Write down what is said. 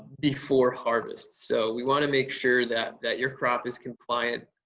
before harvest. so, we want to make sure that that your crop is compliant